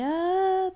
up